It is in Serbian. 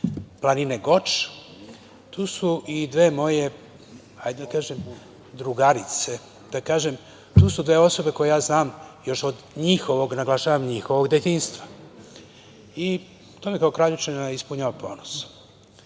planine Goč, tu su i dve moje, hajde da kažem, drugarice. Tu su dve osobe koje ja znam još od njihovog, naglašavam njihovog, detinjstva. To me kao Kraljevčanina ispunjava ponosom. Sada